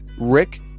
Rick